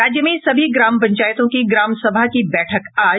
राज्य में सभी ग्राम पंचायतों की ग्राम सभा की बैठक आज